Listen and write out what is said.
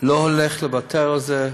לא הולך לוותר על זה.